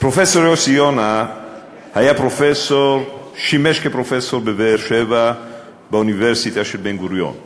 פרופסור יוסי יונה שימש כפרופסור באוניברסיטת בן-גוריון בבאר-שבע.